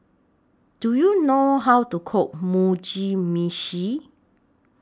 Do YOU know How to Cook Mugi Meshi